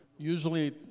Usually